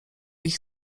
ich